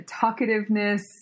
talkativeness